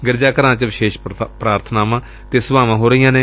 ਗਿਰਜਾ ਘਰਾਂ ਚ ਵਿਸ਼ੇਸ਼ ਪ੍ਰਾਰਬਨਾਵਾਂ ਅਤੇ ਸਭਾਵਾਂ ਹੋ ਰਹੀਆਂ ਨੇ